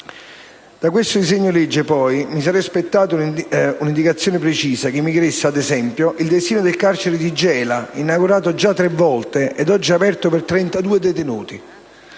Da questo disegno di legge, poi, mi sarei aspettato una indicazione precisa che mi chiarisse, ad esempio, il destino del carcere di Gela, inaugurato già tre volte e oggi aperto per 32 detenuti.